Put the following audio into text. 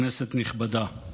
כנסת נכבדה,